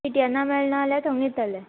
सिटीएना मेळना जाल्यार थंग येतले